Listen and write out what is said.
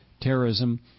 terrorism